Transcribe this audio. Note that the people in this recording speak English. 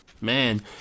Man